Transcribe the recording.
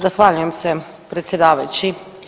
Zahvaljujem se predsjedavajući.